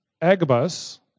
Agabus